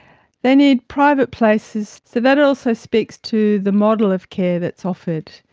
they need private places, so that also speaks to the model of care that's offered.